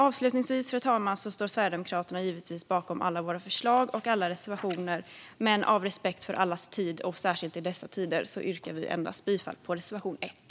Avslutningsvis, fru talman, står vi i Sverigedemokraterna givetvis bakom alla våra förslag och reservationer, men av respekt för allas tid, särskilt i dessa tider, yrkar vi bifall endast till reservation 1.